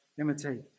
imitate